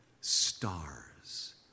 stars